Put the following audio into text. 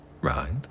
right